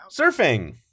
Surfing